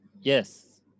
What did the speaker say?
Yes